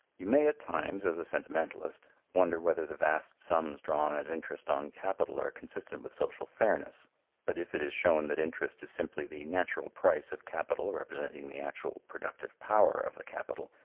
you may at times, as a sentimentalist, wonder whether the vast sums drawn as interest on capital are consistent with social fairness but if it is shown that interest is simply the natural price of capital representing the actual productive power of the capital,